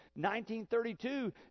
1932